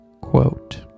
quote